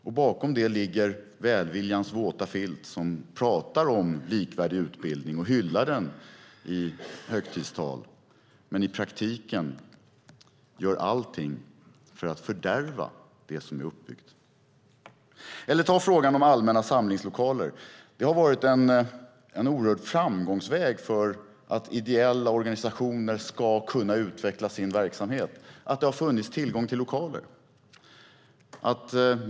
Och bakom det ligger välviljans våta filt, där man pratar om likvärdig utbildning och hyllar den i högtidstal men i praktiken gör allting för att fördärva det som är uppbyggt. Eller vi kan ta frågan om allmänna samlingslokaler. Det har varit en oerhörd framgångsväg för att ideella organisationer ska kunna utveckla sin verksamhet att det har funnits tillgång till lokaler.